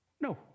No